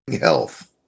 health